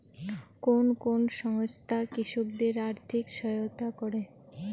কোন কোন সংস্থা কৃষকদের আর্থিক সহায়তা করে?